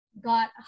got